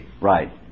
Right